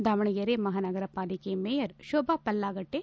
ದಾವಣಗೆರೆ ಮಹಾನಗರ ಪಾಲಿಕೆ ಮೇಯರ್ ಶೋಭಾ ಪಲ್ಲಾಗಟ್ಟೆ